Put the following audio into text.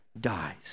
dies